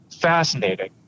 Fascinating